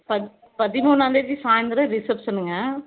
பத் பதினொன்றாந்தேதி சாய்ந்திரம் ரிசப்ஷனுங்க